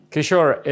Kishore